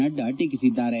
ನಡ್ಡಾ ಟೀಕಿಸಿದ್ದಾರೆ